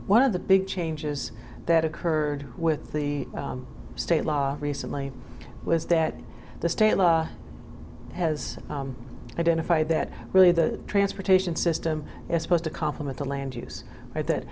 one of the big changes that occurred with the state law recently was that the state law has identified that really the transportation system is supposed to complement the land use that